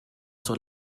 zur